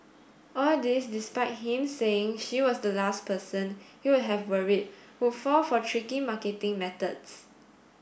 all this despite him saying she was the last person he would have worried would fall for tricky marketing methods